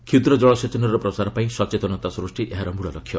କ୍ଷୁଦ୍ର ଜଳସେଚନର ପ୍ରସାର ପାଇଁ ଜନସେଚତନତା ସୃଷ୍ଟି ଏହାର ମୂଳ ଲକ୍ଷ୍ୟ